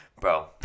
bro